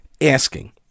asking